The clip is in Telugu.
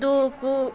దూకు